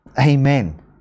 Amen